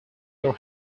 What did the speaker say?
your